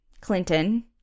Clinton